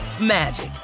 magic